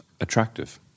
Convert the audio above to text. attractive